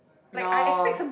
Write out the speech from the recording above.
no